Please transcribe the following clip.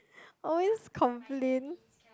always complain